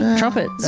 trumpet